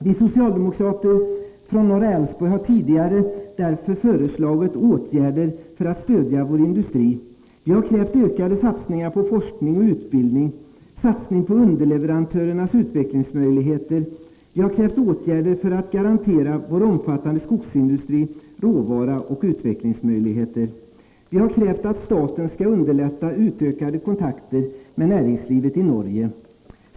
Vi socialdemokrater från norra Älvsborg har därför tidigare föreslagit åtgärder för att stödja vår industri. Vi har krävt ökade satsningar på forskning och utbildning och satsning på underleverantörernas utvecklingsmöjligheter. Vi har krävt åtgärder för att garantera vår omfattande skogsindustri råvara och utvecklingsmöjligheter. Vi har krävt att staten skall underlätta utökade kontakter med näringslivet i Norge.